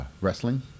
wrestling